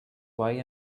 why